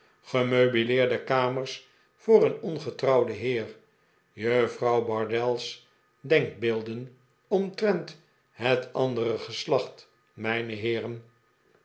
gemeubileerde kamers voor een ongetrouwd heer juffrouw bardell s denkbeelden omtrent het andere geslacht mijne heeren